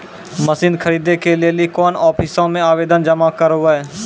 Machine खरीदै के लेली कोन आफिसों मे आवेदन जमा करवै?